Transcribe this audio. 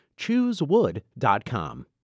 Choosewood.com